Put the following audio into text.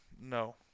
No